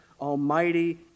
almighty